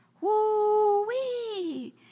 Woo-wee